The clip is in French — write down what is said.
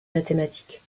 mathématiques